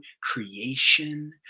creation